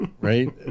right